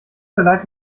verleiht